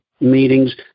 meetings